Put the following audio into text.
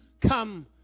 come